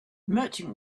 merchant